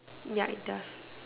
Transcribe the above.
ya it does